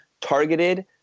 targeted